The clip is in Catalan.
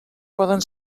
poden